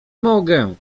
mogę